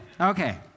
okay